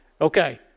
Okay